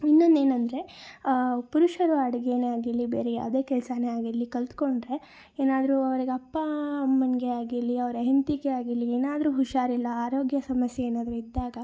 ಇನ್ನೊಂದು ಏನಂದರೆ ಪುರುಷರು ಅಡ್ಗೆಯೇ ಆಗಿರಲಿ ಬೇರೆ ಯಾವುದೇ ಕೆಲ್ಸವೇ ಆಗಿರಲಿ ಕಲಿತ್ಕೊಂಡ್ರೆ ಏನಾದರೂ ಅವ್ರಿಗೆ ಅಪ್ಪ ಅಮ್ಮನಿಗೆ ಆಗಿರಲಿ ಅವರ ಹೆಂಡತಿಗೆ ಆಗಿರಲಿ ಏನಾದರೂ ಹುಷಾರಿಲ್ಲ ಆರೋಗ್ಯ ಸಮಸ್ಯೆ ಏನಾದರೂ ಇದ್ದಾಗ